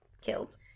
killed